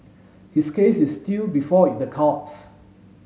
his case is still before in the courts